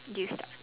you start